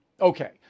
Okay